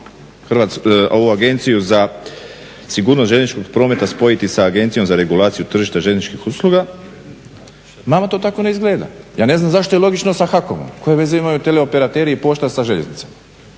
nelogično ovu Agenciju za sigurnost željezničkog prometa spojiti sa Agencijom za regulaciju tržišta željezničkih usluga nama to tako ne izgleda. Ja ne znam zašto je logično sa HAKOM-om? Koje veze imaju teleoperateri i pošta sa željeznicom?